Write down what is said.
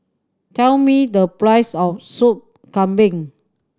tell me the price of Sup Kambing